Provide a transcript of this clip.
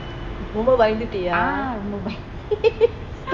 பயந்துட்டியா:bayanthutiya